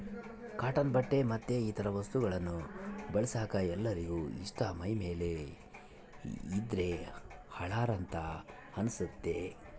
cotton ಬಟ್ಟೆ ಮತ್ತೆ ಇತರ ವಸ್ತುಗಳನ್ನ ಬಳಸಕ ಎಲ್ಲರಿಗೆ ಇಷ್ಟ ಮೈಮೇಲೆ ಇದ್ದ್ರೆ ಹಳಾರ ಅಂತ ಅನಸ್ತತೆ